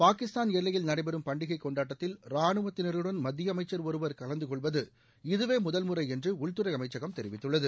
பாகிஸ்தான் எல்லையில் நடைபெறும் பண்டிகை கொண்டாட்டத்தில் ராணுவத்தினருடன் மத்திய அமைச்சர் ஒருவர் கலந்துகொள்வது இதுவே முதல்முறை என்று உள்துறை அமைச்சகம் தெரிவித்துள்ளது